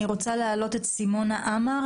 אני רוצה להעלות את סימונה עמר,